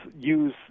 use